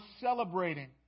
celebrating